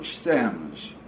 stems